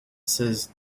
says